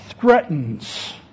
threatens